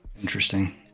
Interesting